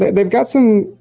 they've got some